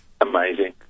Amazing